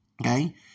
Okay